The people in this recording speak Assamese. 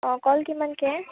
অঁ কল কিমানকৈ